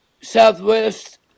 Southwest